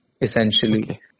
essentially